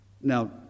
Now